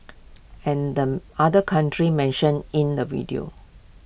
and the other country mentioned in the video